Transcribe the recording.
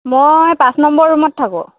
মই পাঁচ নম্বৰ ৰুমত থাকোঁ